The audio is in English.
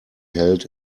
held